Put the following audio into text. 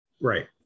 Right